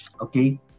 okay